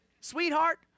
Sweetheart